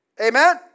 amen